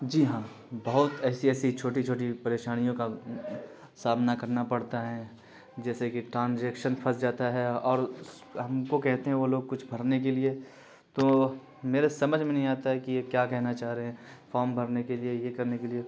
جی ہاں بہت ایسی ایسی چھوٹی چھوٹی پریشانیوں کا سامنا کرنا پڑتا ہے جیسے کہ ٹرانزیکشن پھنس جاتا ہے اور ہم کو کہتے ہیں وہ لوگ کچھ بھرنے کے لیے تو میرے سمجھ میں نہیں آتا ہے کہ یہ کیا کہنا چاہ رہے ہیں فارم بھرنے کے لیے یہ کرنے کے لیے